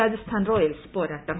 Rajasthan Royals പോരാട്ടം